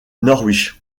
norwich